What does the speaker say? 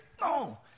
No